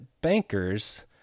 bankers